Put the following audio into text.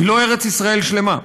היא לא ארץ ישראל שלמה.